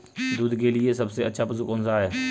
दूध के लिए सबसे अच्छा पशु कौनसा है?